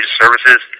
services